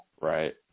right